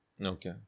Okay